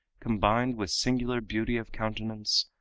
combined with singular beauty of countenance,